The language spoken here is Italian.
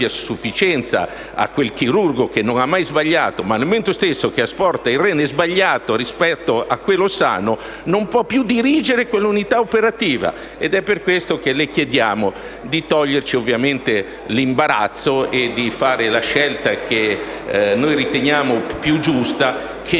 a quel chirurgo che non ha mai sbagliato; ma nel momento stesso in cui asporta il rene sbagliato al posto di quello sano non può più dirigere quell'unità operativa. Le chiediamo quindi di toglierci dall'imbarazzo e di fare la scelta che noi riteniamo più giusta, che